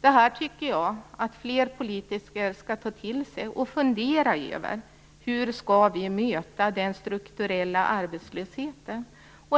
Detta tycker jag att fler politiker skall ta till sig och fundera över. Hur skall vi möta den strukturella arbetslösheten?